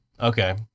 okay